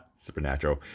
Supernatural